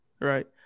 right